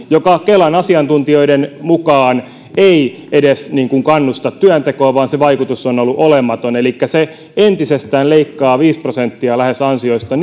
joka kelan asiantuntijoiden mukaan ei edes kannusta työntekoon vaan sen vaikutus on on ollut olematon elikkä se entisestään leikkaa lähes viisi prosenttia ansioista